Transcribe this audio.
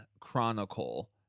Chronicle